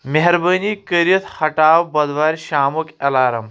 مہربٲنی کٔرِتھ ہٹاو بۄدوارِ شامُک الارم